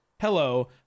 Hello